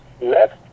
Left